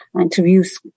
interviews